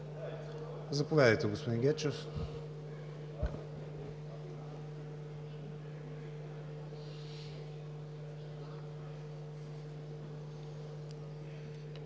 Заповядайте, господин Гечев.